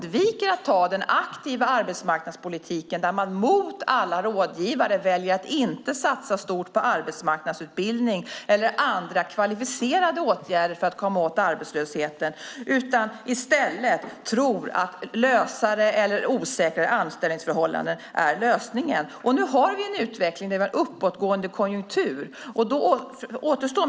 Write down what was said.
Regeringen undviker att ta den aktuella arbetsmarknadspolitiken när den mot vad alla rådgivare säger väljer att inte satsa stort på arbetsmarknadsutbildning eller andra kvalificerade åtgärder för att komma åt arbetslösheten. I stället tror man att lösare eller osäkrare anställningsförhållanden är lösningen. Nu har vi en utveckling med en uppåtgående konjunktur.